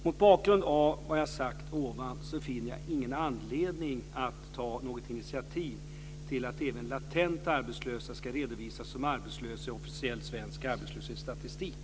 Mot bakgrund av vad jag sagt ovan finner jag ingen anledning att ta något initiativ till att även latent arbetslösa ska redovisas som arbetslösa i officiell svensk arbetslöshetsstatistik.